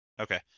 okay